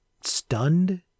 stunned